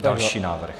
Další návrh.